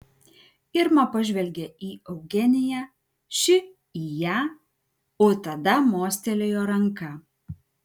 irma pažvelgė į eugeniją ši į ją o tada mostelėjo ranka